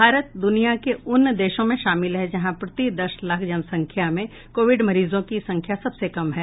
भारत द्रनिया के उन देशों में शामिल है जहां प्रति दस लाख जनसंख्या में कोविड मरीजों की संख्या सबसे कम है